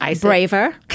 braver